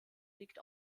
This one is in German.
liegt